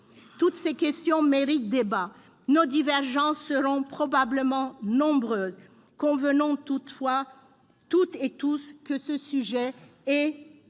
Toutes ces questions méritent débat. Nos divergences seront probablement nombreuses. Convenons toutefois toutes et tous que ce sujet doit